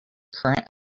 current